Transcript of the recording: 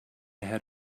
had